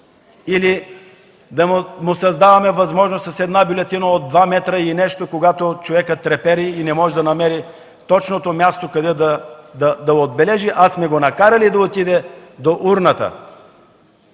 „Х”, да му създаваме възможност с бюлетина от два метра и нещо, когато човекът трепери и не може да намери точното място да отбележи, а сме го накарали да отиде до урната.